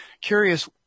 curious